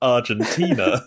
Argentina